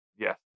Yes